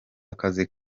akazi